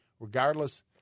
regardless